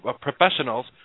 professionals